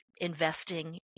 investing